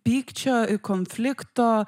pykčio i konflikto